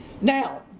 Now